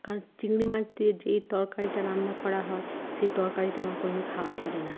কারণ চিংড়ি মাছ দিয়ে যে তরকারিটা রান্না করা হয় সেই তরকারিটা আমার কোনো দিনও খাওয়া চলে না